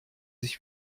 sich